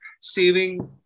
saving